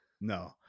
no